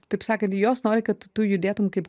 taip sakant jos nori kad tu judėtum kaip